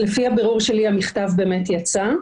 לפי הבירור שלי, המכתב באמת יצא.